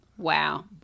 Wow